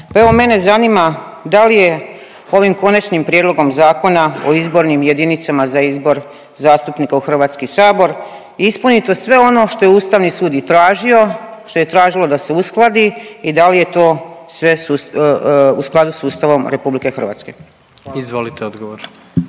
Pa evo mene zanima da li je ovim konačnim prijedlogom Zakona o izbornim jedinicama za izbor zastupnika i Hrvatski sabor ispunito sve ono što je Ustavni sud i tražio, što je tražilo da se uskladi i da li je to sve u skladu s Ustavom Republike Hrvatske. **Jandroković,